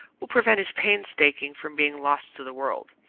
will prevent his painstaking from being lost to the world.